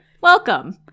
welcome